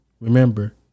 remember